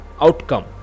outcome